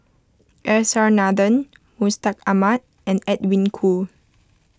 S R Nathan Mustaq Ahmad and Edwin Koo